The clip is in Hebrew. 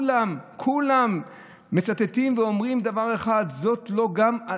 וכולם כולם מצטטים ואומרים דבר אחד: זאת לא גם,